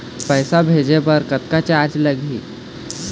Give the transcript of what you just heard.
पैसा भेजे बर कतक चार्ज लगही?